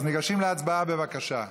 ניגשים להצבעה, בבקשה.